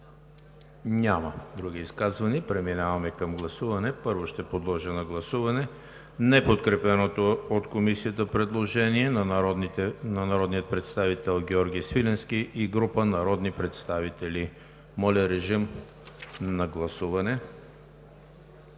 Други изказвания? Няма. Преминаваме към гласуване. Първо ще подложа на гласуване неподкрепеното от Комисията предложение на народния представител Георги Свиленски и група народни представители. Гласували